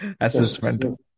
assessment